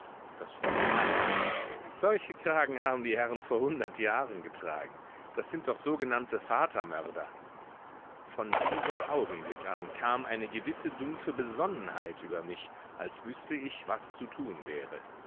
das fräulein lachte solche kragen haben die herren vor hundert jahren getragen das sind doch sogenannte vatermörder von diesem augenblick an kam eine gewisse dumpfe besonnenheit über mich als wüßte ich was zu tun wäre